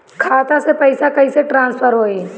खाता से पैसा कईसे ट्रासर्फर होई?